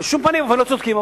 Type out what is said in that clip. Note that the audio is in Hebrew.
בשום פנים ואופן לא צודקים.